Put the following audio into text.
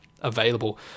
available